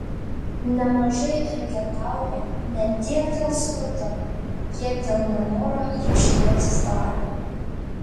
nemažai elgetauja ne tiek dėl skurdo kiek dėl nenoro ieškotis darbo